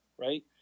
right